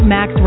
Max